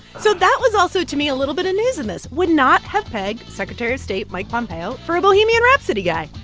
so that was also to me a little bit of news in this would not have pegged secretary of state mike pompeo for a bohemian rhapsody guy.